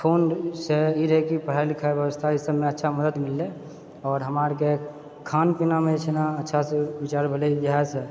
फोनसे ई रहय कि पढ़ाइ लिखाइ व्यवस्था ई सबमे अच्छा मदद मिललै आओर हमरारीके खान पीनामे जे छै ने अच्छासँ विचार भेलै इएहसँ